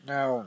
Now